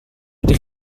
ydych